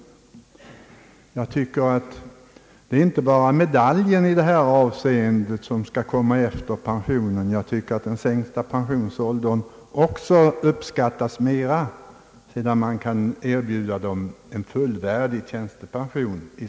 Det är inte bara medaljen som i detta avseende skall komma efter pensioneringen. Jag tror att en sänkt pensionsålder också uppskattas mera, om de som lämnar det aktiva arbetet kan erbjudas en fullvärdig pension.